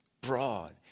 broad